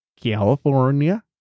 California